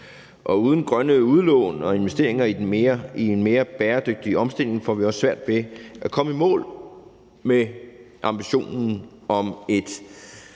man uden grønne udlån og investeringer i en mere bæredygtig omstilling også får svært ved at komme i mål med ambitionen om et